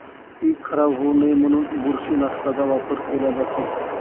पीक खराब होऊ नये म्हणून बुरशीनाशकाचा वापर केला जातो